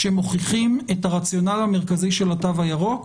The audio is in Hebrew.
שמוכיחים את הרציונל המרכזי של התו הירוק,